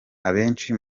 abenshi